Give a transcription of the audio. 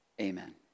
Amen